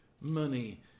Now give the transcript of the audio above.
money